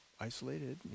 isolated